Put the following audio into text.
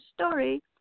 story